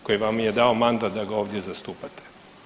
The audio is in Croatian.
Koji vam je dao mandat da ga ovdje zastupate?